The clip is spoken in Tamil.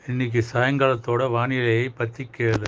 இன்னைக்கி சாயங்காலத்தோடய வானிலையை பற்றி கேளு